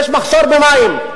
יש מחסור במים.